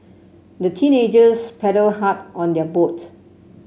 the teenagers paddled hard on their boat